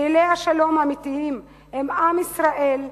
פעילי השלום האמיתיים הם עם ישראל,